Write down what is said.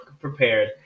prepared